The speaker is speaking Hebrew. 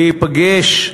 מה הבשורה?